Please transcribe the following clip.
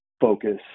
focus